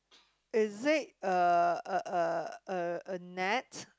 is it a a a a a net